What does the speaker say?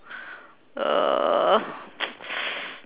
uh